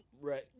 Right